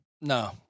no